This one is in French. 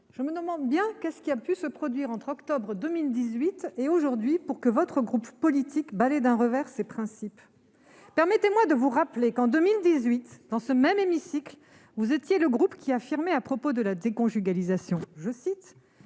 je me demande bien ce qui a pu se produire entre le mois d'octobre 2018 et aujourd'hui, pour que votre groupe politique balaie d'un revers de main ses principes ... Permettez-moi de vous rappeler que, en 2018, dans ce même hémicycle, votre groupe affirmait, à propos de la déconjugalisation de l'AAH,